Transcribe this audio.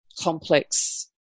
complex